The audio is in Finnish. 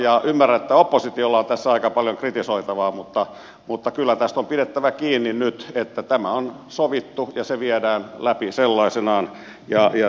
ymmärrän että oppositiolla on tässä aika paljon kritisoitavaa mutta kyllä tästä on pidettävä kiinni nyt että tämä on sovittu ja se viedään läpi sellaisenaan ja sillä hyvä